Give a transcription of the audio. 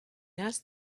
asked